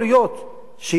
שממשלת